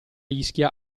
ischia